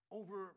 over